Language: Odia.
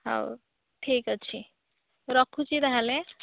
ହଉ ଠିକ୍ ଅଛି ରଖୁଛି ତାହେଲେ